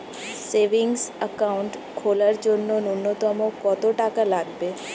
Savings account খোলার জন্য নূন্যতম কত টাকা লাগবে?